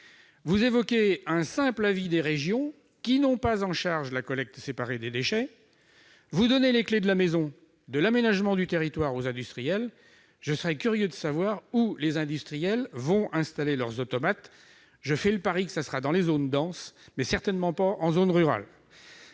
Vous évoquez un simple avis des régions, qui n'ont pas la charge de la collecte séparée des déchets. Vous donnez les clés de la maison de l'aménagement du territoire aux industriels. Je suis curieux de savoir où ces derniers installeront leurs automates ! Je fais le pari qu'on les trouvera dans les zones denses, mais certainement pas en zone rurale.